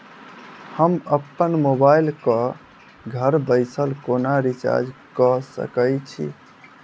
हम अप्पन मोबाइल कऽ घर बैसल कोना रिचार्ज कऽ सकय छी?